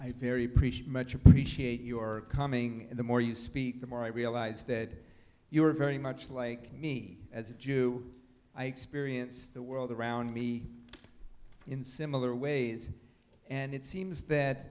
i very much appreciate your coming and the more you speak the more i realize that you are very much like me as a jew i experience the world around me in similar ways and it seems that